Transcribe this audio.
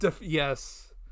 Yes